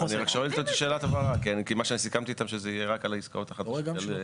אני שואל שאלת הבהרה כי מה שסיכמתי איתם זה שמדובר רק בעסקאות החדשות.